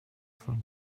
from